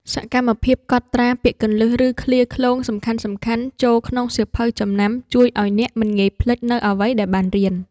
សកម្មភាពកត់ត្រាពាក្យគន្លឹះ ឬឃ្លាឃ្លោងសំខាន់ៗចូលក្នុងសៀវភៅចំណាំ ជួយឱ្យអ្នកមិនងាយភ្លេចនូវអ្វីដែលបានរៀន។